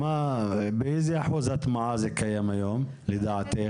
באיזה אחוז הטמעה זה קיים היום, לדעתך?